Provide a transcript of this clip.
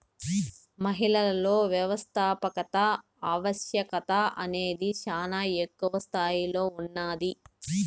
మహిళలలో వ్యవస్థాపకత ఆవశ్యకత అనేది శానా ఎక్కువ స్తాయిలో ఉన్నాది